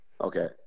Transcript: Okay